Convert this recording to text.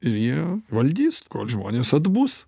ir jie valdys kol žmonės atbus